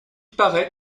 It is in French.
paraît